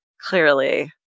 clearly